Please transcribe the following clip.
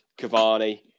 Cavani